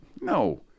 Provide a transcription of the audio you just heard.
No